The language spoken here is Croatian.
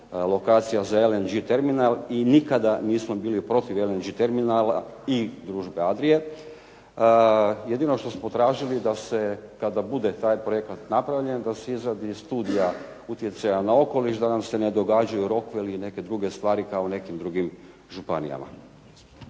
lokacija za LNG terminal i nikada nismo bili protiv LNG terminala i Družbe Adria, jedino što smo tražili da se kada bude taj projekat napravljen, da se izradi studija utjecaja na okoliš da nam se ne događaju rokveli i neke druge stvari kao u nekim drugim županijama.